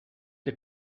the